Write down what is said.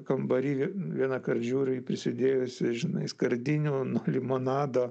kambary vienąkart žiūriu ji prisidėjusi žinai skardinių nuo limonado